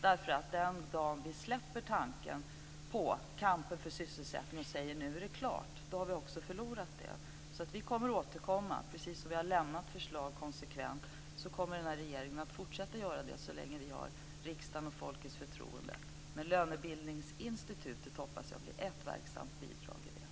Den dag vi släpper tanken på kampen för sysselsättning och säger att det är klart har vi också förlorat. Vi kommer att återkomma. Precis som vi har lämnat förslag konsekvent kommer denna regering att fortsätta att göra det så länge vi har riksdagens och folkets förtroende. Men lönebildningsinstitutet hoppas jag blir ett verksamt bidrag.